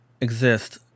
exist